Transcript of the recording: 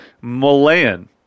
Malayan